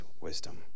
wisdom